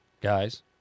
guys